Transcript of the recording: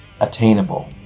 attainable